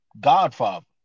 Godfather